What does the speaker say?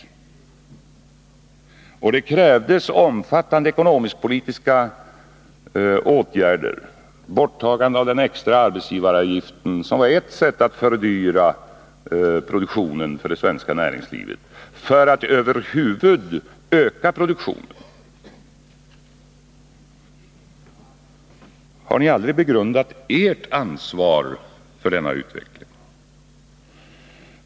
Det krävdes omfattande ekonomisk-politiska åtgärder — t.ex. borttagande av den extra arbetsgivaravgiften som hade fördyrat det svenska näringslivets produktion — för att över huvud öka produktionen. Har ni aldrig begrundat ert ansvar för denna utveckling?